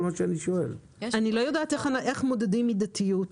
אני לא יודעת איך מודדים מידתיות.